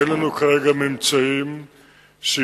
אין לנו כרגע ממצאים שיכולים